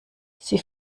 sie